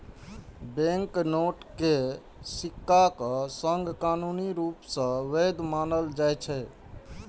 banknote कें सिक्काक संग कानूनी रूप सं वैध मानल जाइ छै